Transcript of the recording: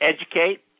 educate